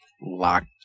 locked